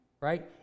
right